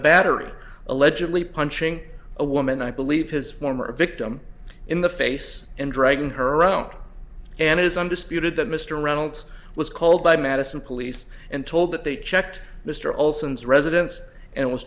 battery allegedly punching a woman i believe his former victim in the face and dragging her own and is undisputed that mr reynolds was called by madison police and told that they checked mr olson's residence and was